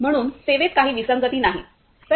म्हणून सेवेत काही विसंगती नाही